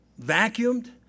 vacuumed